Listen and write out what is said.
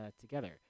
together